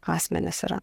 asmenys yra